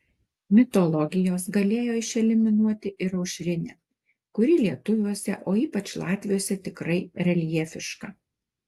mitologijos galėjo išeliminuoti ir aušrinę kuri lietuviuose o ypač latviuose tikrai reljefiška